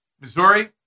Missouri